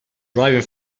driving